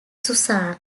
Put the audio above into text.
susan